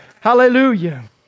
Hallelujah